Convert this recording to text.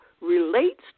relates